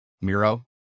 Miro